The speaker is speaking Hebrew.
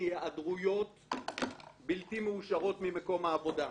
היעדרויות בלתי מאושרות ממקום העבודה.